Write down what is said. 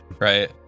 Right